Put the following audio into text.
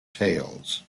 tales